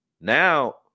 now